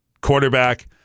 quarterback